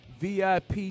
VIP